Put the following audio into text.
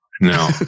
No